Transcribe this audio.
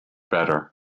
better